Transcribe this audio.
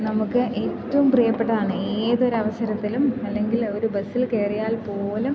നമുക്ക് ഏറ്റവും പ്രീയപ്പെട്ടതാണ് ഏതൊരവസരത്തിലും അല്ലെങ്കിൽ ഒരു ബസ്സിൽ കയറിയാൽപ്പോലും